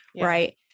Right